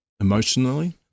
emotionally